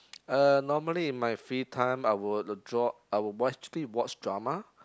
uh normally in my free time I would dr~ would probably watch drama